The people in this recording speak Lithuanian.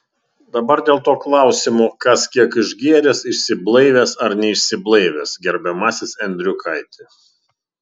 dabar dėl to klausimo kas kiek išgėręs išsiblaivęs ar neišsiblaivęs gerbiamasis endriukaiti